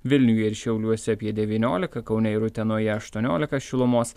vilniuje ir šiauliuose apie devyniolika kaune ir utenoje aštuoniolika šilumos